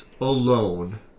alone